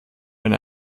wenn